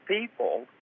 people